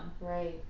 Right